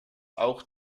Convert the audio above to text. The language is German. auch